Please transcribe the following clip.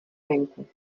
venku